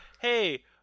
hey